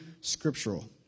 scriptural